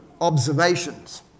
observations